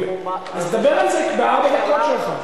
אז דבר על זה בארבע הדקות שלך.